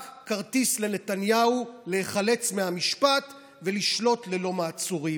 רק כרטיס לנתניהו להיחלץ מהמשפט ולשלוט ללא מעצורים.